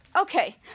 Okay